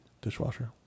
dishwasher